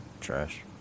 Trash